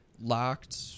locked